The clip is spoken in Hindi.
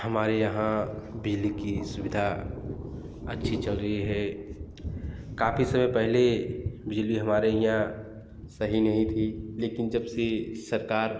हमारे यहाँ बिजली की सुविधा अच्छी चल रही है काफ़ी समय पहले बिजली हमारे यहाँ सही नहीं थी लेकिन जब से सरकार